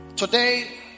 Today